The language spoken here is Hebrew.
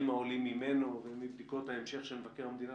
העולים ממנו ומבדיקות ההמשך של מבקר המדינה,